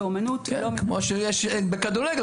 כן, כמו שיש בכדורגל.